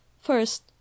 First